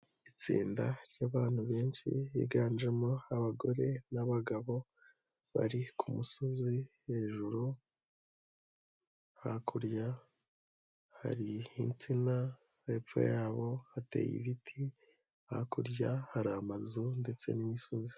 Itsinda ry'abantu benshi higanjemo abagore n'abagabo bari ku musozi hejuru, hakurya hari insina hepfo yabo hateye ibiti, hakurya hari amazu ndetse n'imisozi.